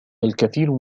الكثير